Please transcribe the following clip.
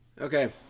Okay